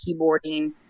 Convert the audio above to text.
keyboarding